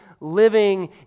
living